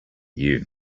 you